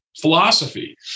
philosophy